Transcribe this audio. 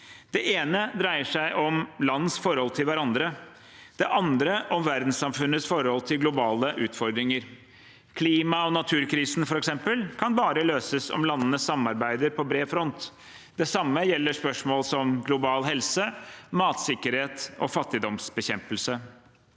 Det ene dreier seg om lands forhold til hverandre, det andre om verdenssamfunnets forhold til globale utfordringer. Klima- og naturkrisen kan f.eks. bare løses om landene samarbeider på bred front. Det samme gjelder spørsmål om global helse, matsikkerhet og fattigdomsbekjempelse.